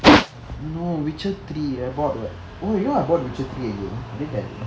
no witcher three I bought like eh why I bought witcher three again